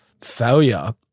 failure